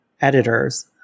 editors